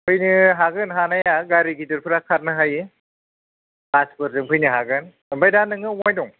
फैनो हागोन हानाया गारि गिदिरफोरा खारनो हायो बासफोरजों फैनो हागोन ओमफ्राय दा नङो अबाव दं